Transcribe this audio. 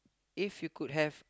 if you could have